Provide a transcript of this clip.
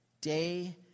Day